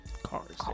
cars